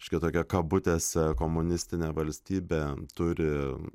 reiškia tokia kabutėse komunistinė valstybė turi